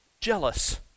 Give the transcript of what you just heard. jealous